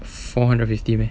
four hundred fifty meh